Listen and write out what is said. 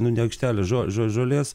nu ne aikštelę žo žo žo žolės